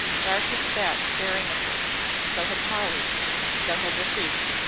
dart had sat staring at her so had polly so had the thief.